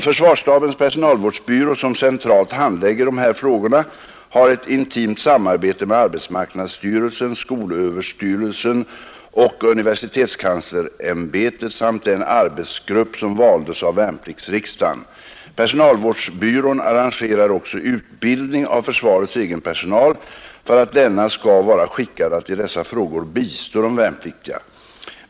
Försvarsstabens personalvardsbyrä som centralt handlägger dessa frågor har ett intimt samarbete med arbetsmarknadsstyrelsen, skolöverstyrelsen och universitetskanslersämbetet samt den arbetsgrupp som valdes av värnpliktsriksdagen. Personalvårdsbyrån arrangerar också utbildning av försvarets egen personal för att denna skall vara skickad att i dessa frågor bistå de värnpliktiga.